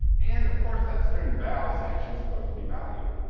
and, of course, that string, val, is actually supposed to be value.